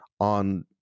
on